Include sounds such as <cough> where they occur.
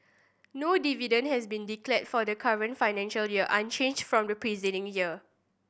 no dividend has been declared for the current financial <unintelligible> unchanged from the preceding year